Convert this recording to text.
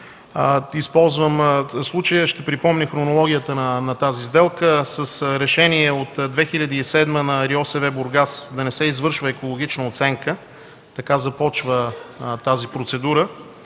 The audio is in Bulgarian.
Използвам случая, ще припомня хронологията на тази сделка. С решение от 2007 г. на РИОСВ – Бургас, да не се извършва екологична оценка – така започва тази процедура,